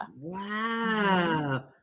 Wow